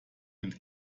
mit